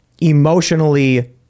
emotionally